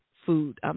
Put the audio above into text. food